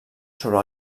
sobre